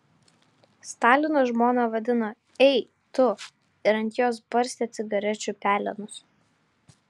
stalinas žmoną vadino ei tu ir ant jos barstė cigarečių pelenus